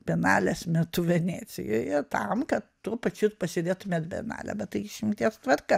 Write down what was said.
bienalės metu venecijoje tam kad tuo pačiu ir pasėdėtume ir bienalėj bet tai išimties tvarka